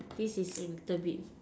this is a little bit